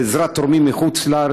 בעזרת תורמים מחוץ-לארץ,